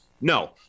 no